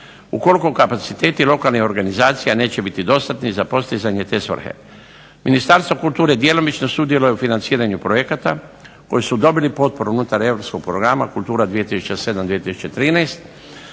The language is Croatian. ukoliko kapaciteti lokalnih organizacija neće biti dostatni za postizanje te svrhe. Ministarstvo kulture djelomično sudjeluje u financiranju projekata koji su dobili potporu unutar europskog programa Kultura 2007-2013.